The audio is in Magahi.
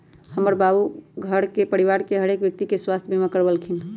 हमर बाबू हमर घर परिवार के हरेक व्यक्ति के स्वास्थ्य बीमा करबलखिन्ह